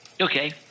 Okay